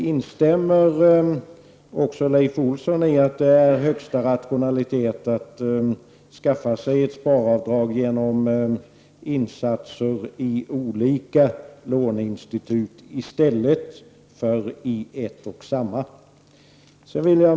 Instämmer Leif Olsson i att det är högsta rationalitet att skaffa sig ett sparavdrag genom insatser i olika låneinstitut i stället för i ett och samma?